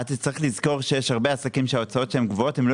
אתה צריך לזכור שיש הרבה עסקים שההוצאות שלהם גבוהות והם לא